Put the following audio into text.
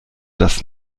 das